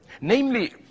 Namely